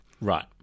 Right